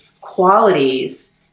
qualities